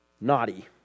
Naughty